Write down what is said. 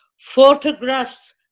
photographs